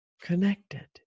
connected